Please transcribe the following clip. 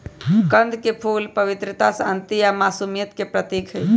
कंद के फूल पवित्रता, शांति आ मासुमियत के प्रतीक हई